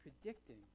predicting